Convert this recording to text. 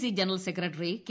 C general secretary K